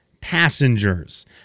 Passengers